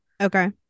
Okay